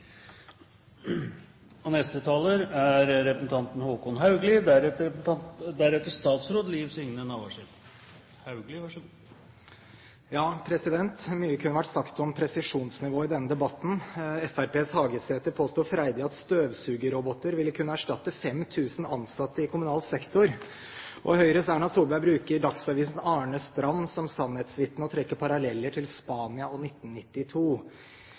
Mye kunne vært sagt om presisjonsnivået i denne debatten. Fremskrittspartiets Hagesæter påsto freidig at støvsugerroboter ville kunne erstatte 5 000 ansatte i kommunal sektor, og Høyres Erna Solberg bruker Dagsavisens Arne Strand som sannhetsvitne og trekker paralleller til Spania og 1992.